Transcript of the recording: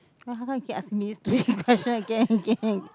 how come you kept asking this question question again and again